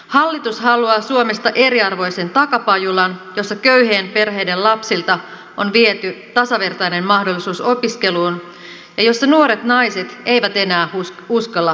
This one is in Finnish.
hallitus haluaa suomesta eriarvoisen takapajulan jossa köyhien perheiden lapsilta on viety tasavertainen mahdollisuus opiskeluun ja jossa nuoret naiset eivät enää uskalla hankkia lapsia